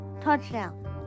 touchdown